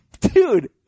dude